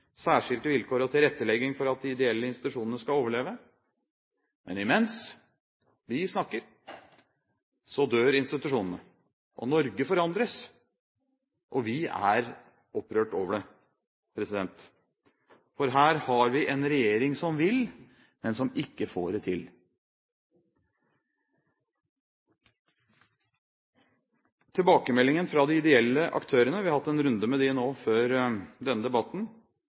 særskilte vilkår og tilrettelegging for at de ideelle institusjonene skal overleve. Men mens vi snakker, dør institusjonene. Norge forandres, og vi er opprørt over det, for her har vi en regjering som vil, men som ikke får det til. Tilbakemeldingen fra de ideelle aktørene – vi har hatt en runde med dem nå før denne debatten